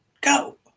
go